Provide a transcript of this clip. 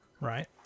right